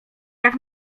jak